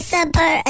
Super